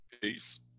Peace